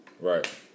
Right